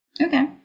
Okay